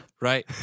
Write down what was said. Right